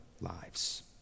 lives